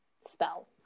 spell